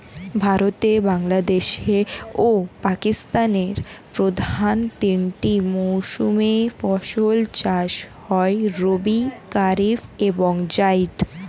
ভারতে, বাংলাদেশ ও পাকিস্তানের প্রধানতঃ তিনটি মৌসুমে ফসল চাষ হয় রবি, কারিফ এবং জাইদ